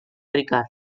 ricard